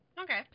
Okay